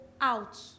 out